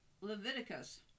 Leviticus